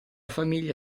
famiglia